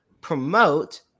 promote